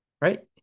right